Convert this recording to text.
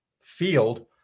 field